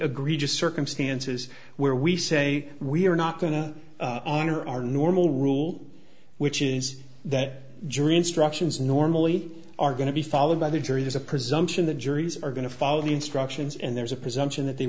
egregious circumstances where we say we're not going to honor our normal rule which is that jury instructions normally are going to be followed by the jury there's a presumption that juries are going to follow the instructions and there's a presumption that they